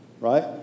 right